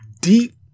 deep